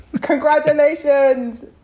Congratulations